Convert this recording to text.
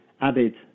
added